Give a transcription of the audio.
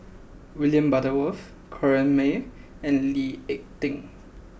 William Butterworth Corrinne May and Lee Ek Tieng